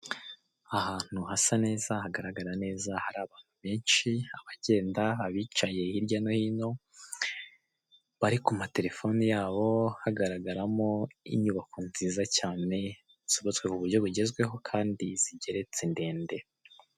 Inzu igurishwa cumi na gatanu, uvuye Mayange ifite amakaro yose, ni nziza kandi yubatse muburyo bugezweho.